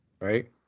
Right